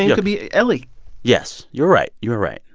and could be ellie yes, you're right. you're right.